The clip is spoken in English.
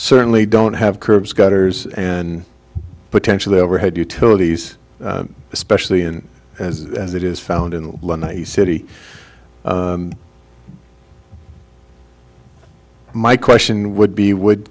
certainly don't have curbs gutters and potentially overhead utilities especially and as as it is found in the city my question would be would